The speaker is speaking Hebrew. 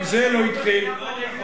גם זה לא התחיל, לא נכון.